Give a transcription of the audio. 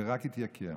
ורק התייקר.